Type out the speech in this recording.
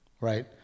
right